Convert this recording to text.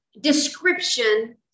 description